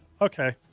Okay